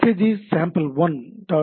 G sample1சாம்பிள்1 dot H